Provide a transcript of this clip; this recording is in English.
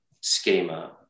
schema